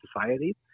Society